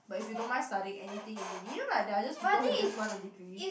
but if you don't mind studying anything in uni you know my there are those people who just want a degree